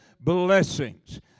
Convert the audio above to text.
blessings